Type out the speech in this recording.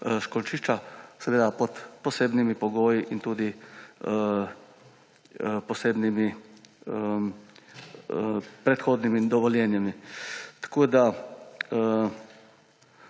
školjčišča, seveda pod posebnimi pogoji in tudi posebnimi predhodnimi dovoljenji. Tako